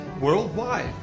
worldwide